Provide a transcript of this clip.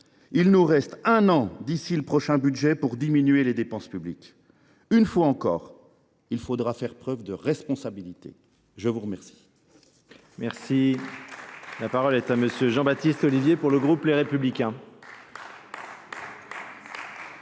il nous reste un an d’ici au prochain budget pour diminuer les dépenses publiques. Une fois encore, il faudra faire preuve de responsabilité ! La parole